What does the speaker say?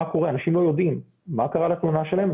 אנשים לא יודעים מה קרה לתלונה שלהם,